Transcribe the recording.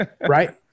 Right